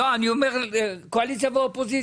אני אומר, קואליציה ואופוזיציה.